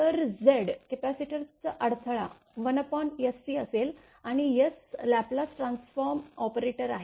तर Z कपॅसिटरचा अडथळा 1 असेल आणि S लाप्लेस ट्रान्सफॉर्म ऑपरेटर आहे